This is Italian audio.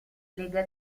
lega